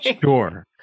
Sure